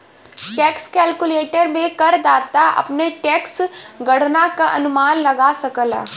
tax calculator में करदाता अपने टैक्स गणना क अनुमान लगा सकला